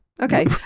Okay